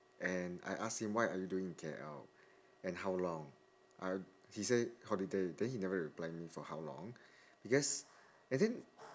and I ask him what are you doing in K_L and how long uh he say holiday then he never reply me for how long because and then